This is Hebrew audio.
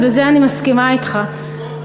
ובזה אני מסכימה אתך,